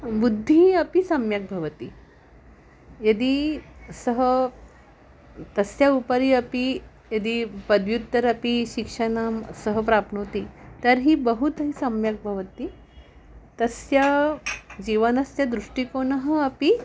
बुद्धिः अपि सम्यक् भवति यदि सः तस्य उपरि अपि यदि पदव्युत्तरं शिक्षणं सः प्राप्नोति तर्हि बहु तैः सम्यक् भवति तस्य जीवनस्य दृष्टिकोनः अपि